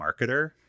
marketer